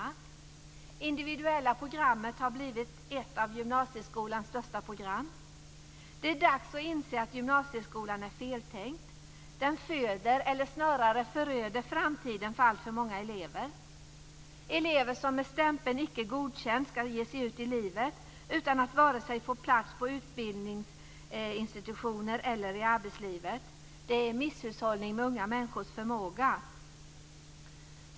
Det individuella programmet har blivit ett av gymnasieskolans största program. Det är dags att inse att gymnasieskolan är feltänkt. Den föder, eller snarare föröder framtiden för, alltför många elever. Elever med stämpeln Icke godkänd ska ge sig ut i livet utan att få plats vare sig på utbildningsinstitutioner eller i arbetslivet. Detta är misshushållning med unga människors förmåga.